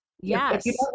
yes